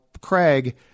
Craig